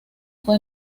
fue